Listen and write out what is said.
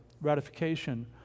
ratification